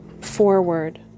Forward